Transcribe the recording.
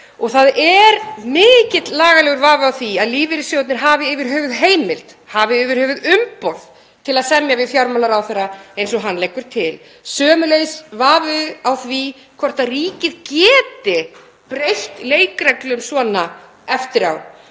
Það er mikill lagalegur vafi á því að lífeyrissjóðirnir hafi yfir höfuð heimild, hafi yfir höfuð umboð til að semja við fjármálaráðherra eins og hann leggur til. Sömuleiðis vafi á því hvort ríkið geti breytt leikreglum svona eftir á